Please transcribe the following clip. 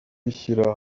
kwishyira